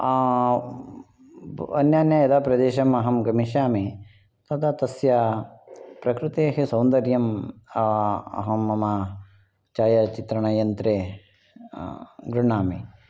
अन्यान्य यदा प्रदेशं अहं गमिष्यामि तदा तस्य प्रकृतेः सौन्दर्यं अहं मम चायाचित्रणयन्त्रे गृह्णामि